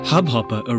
HubHopper